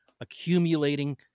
accumulating